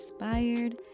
inspired